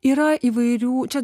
yra įvairių čia